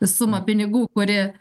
sumą pinigų kuri